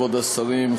כבוד השרים,